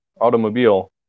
automobile